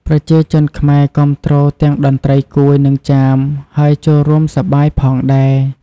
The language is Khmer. ប្រជាជនខ្មែរគាំទ្រទាំងតន្ត្រី កួយ និងចាម ហើយចូលរួមសប្បាយផងដែរ។